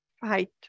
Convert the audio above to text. fight